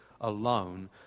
alone